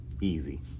Easy